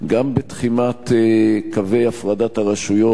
גם בתחימת קווי הפרדת הרשויות,